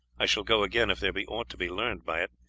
i shall go again if there be aught to be learnt by it,